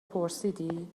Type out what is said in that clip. پرسیدی